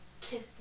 Kiss